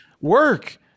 work